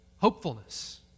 hopefulness